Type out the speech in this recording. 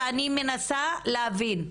ואני מנסה להבין.